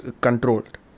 controlled